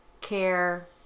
care